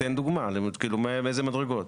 תן דוגמה באיזה מדרגות?